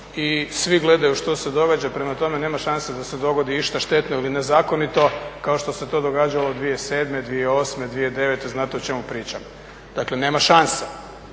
i svi gledaju što se događa. Prema tome, nema šanse da se dogodi išta štetno ili nezakonito kao što se to događalo 2007., 2008., 2009., znate o čemu pričam. Dakle, nema šanse